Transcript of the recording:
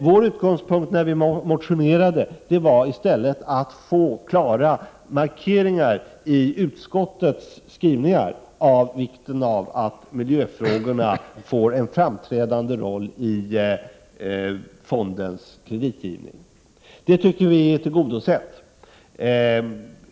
Vår utgångspunkt när vi motionerade var att det skulle göras klara markeringar i utskottets skrivningar av vikten av att miljöfrågorna får en framträdande roll i fondens kreditgivning. Vi tycker att detta har tillgodosetts.